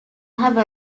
have